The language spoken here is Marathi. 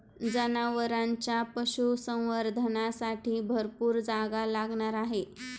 जनावरांच्या पशुसंवर्धनासाठी भरपूर जागा लागणार आहे